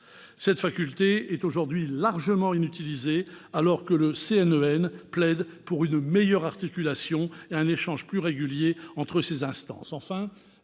Cette faculté est aujourd'hui largement inutilisée, alors même que le CNEN plaide pour une meilleure articulation et un échange plus régulier entre ces instances.